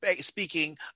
speaking